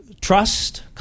trust